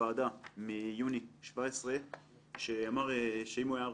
הוועדה מיוני 2017 שאמר שאם הוא היה רופא,